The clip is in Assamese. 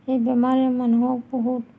এই বেমাৰে মানুহক বহুত